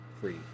free